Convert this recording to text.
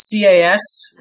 CAS